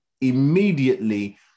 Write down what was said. immediately